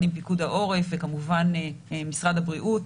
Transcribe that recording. עם פיקוד העורף וכמובן משרד הבריאות,